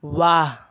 वाह